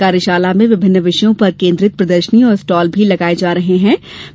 कार्यशाला में विभिन्न विषयों पर केन्द्रित प्रदर्शनी और स्टॉल भी लगाये जायेंगे